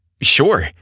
Sure